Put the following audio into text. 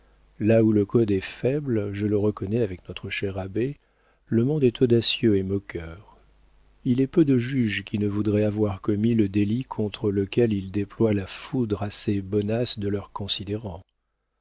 là où le code est faible je le reconnais avec notre cher abbé le monde est audacieux et moqueur il est peu de juges qui ne voudraient avoir commis le délit contre lequel ils déploient la foudre assez bonasse de leurs considérants